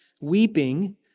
weeping